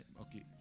okay